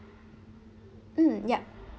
mm yup